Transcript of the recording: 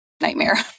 nightmare